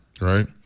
right